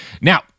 Now